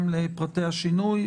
גם לפרטי השינוי,